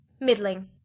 Middling